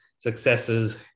successes